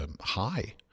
high